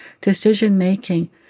decision-making